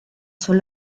son